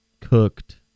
cooked